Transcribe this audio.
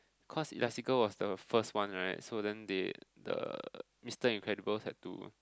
cause elastical was the first one right so then they the Mister Incredible had to